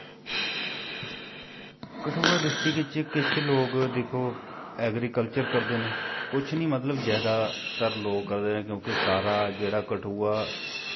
Kathua district च किश लोग दिक्खो ऐग्रीकल्चर करदे न कुछ नी मतलब ज्यादातर लोग करदे न क्योंकि सारा जेह्ड़ा कठुआ